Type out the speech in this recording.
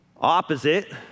Opposite